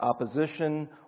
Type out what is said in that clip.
opposition